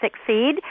succeed